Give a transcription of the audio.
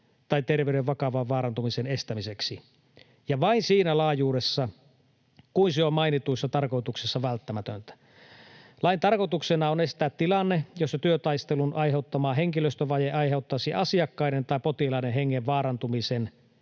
tai terveyden vakavan vaarantumisen estämiseksi, ja vain siinä laajuudessa kuin se on mainituissa tarkoituksissa välttämätöntä. Lain tarkoituksena on estää tilanne, jossa työtaistelun aiheuttama henkilöstövaje aiheuttaisi asiakkaiden tai potilaiden hengen vaarantumisen